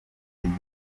izuba